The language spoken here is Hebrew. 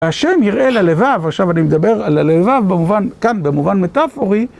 השם יראה ללבב, עכשיו אני מדבר על הלבב, כאן במובן מטאפורי.